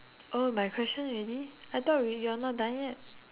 oh my question already I thought wait you're not done yet